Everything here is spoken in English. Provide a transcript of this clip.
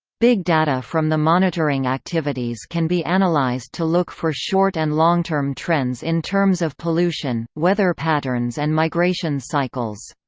big data from the monitoring activities can be analyzed to look for short and long-term trends in terms of pollution, weather patterns and migration cycles.